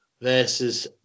versus